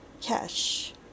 cash